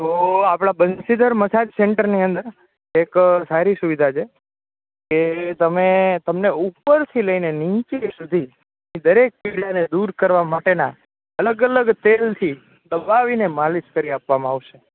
તો આપડા બંસીદર મસાજ સેન્ટરની અંદર એક સારી સુવિધા છે કે તમે તમને ઉપરથી લઈને નીચે સુધી દરેક પીડાને દૂર કરવા માટેના અલગ અલગ તેલથી દબાવીને માલિશ કરી આપવામાં આવશે